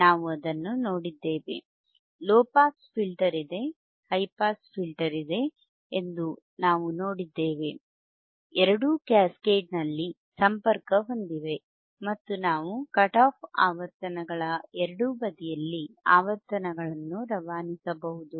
ನಾವು ಅದನ್ನು ನೋಡಿದ್ದೇವೆ ಲೊ ಪಾಸ್ ಫಿಲ್ಟರ್ ಇದೆ ಹೈ ಪಾಸ್ ಫಿಲ್ಟರ್ ಇದೆ ಎಂದು ನಾವು ನೋಡಿದ್ದೇವೆ ಎರಡೂ ಕ್ಯಾಸ್ಕೇಡ್ನಲ್ಲಿ ಸಂಪರ್ಕ ಹೊಂದಿವೆ ಮತ್ತು ನಾವು ಕಟ್ ಆಫ್ ಆವರ್ತನಗಳ ಎರಡೂ ಬದಿಯಲ್ಲಿ ಆವರ್ತನಗಳನ್ನು ರವಾನಿಸಬಹುದು